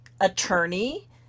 Attorney